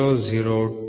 002 0